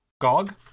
GOG